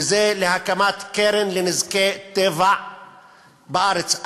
וזה הקמת קרן לנזקי טבע בארץ.